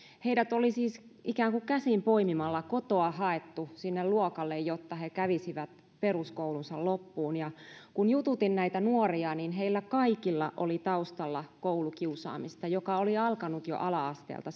heidät oli siis ikään kuin käsin poimimalla kotoa haettu sinne luokalle jotta he kävisivät peruskoulunsa loppuun kun jututin näitä nuoria niin heillä kaikilla oli taustalla koulukiusaamista joka oli alkanut jo ala asteella